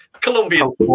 Colombian